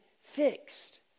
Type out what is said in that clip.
fixed